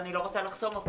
אני לא רוצה לחסום אותו.